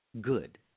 Good